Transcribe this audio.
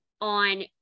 on